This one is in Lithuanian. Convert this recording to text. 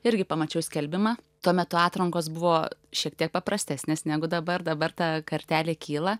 irgi pamačiau skelbimą tuo metu atrankos buvo šiek tiek paprastesnės negu dabar dabar ta kartelė kyla